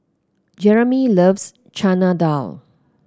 Jeramy loves Chana Dal